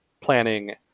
planning